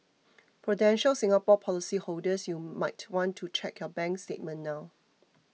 prudential Singapore policyholders you might want to check your bank statement now